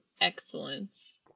excellence